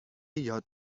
یاد